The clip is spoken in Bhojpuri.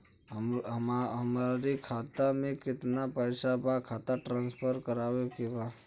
हमारे खाता में कितना पैसा बा खाता ट्रांसफर करावे के बा?